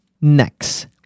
Next